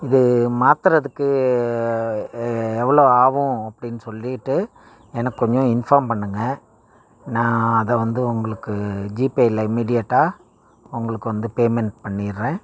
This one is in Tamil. இது மாற்றுறதுக்கு எவ்வளோ ஆகும் அப்படின் சொல்லிட்டு எனக்கு கொஞ்சம் இன்ஃபார்ம் பண்ணுங்கள் நான் அதை வந்து உங்களுக்கு ஜிபேயில் இமீடியெட்டாக உங்களுக்கு வந்து பேமெண்ட் பண்ணிடுறேன்